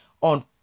on